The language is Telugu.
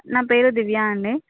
నా పేరు దివ్యా అండి